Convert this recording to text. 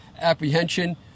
apprehension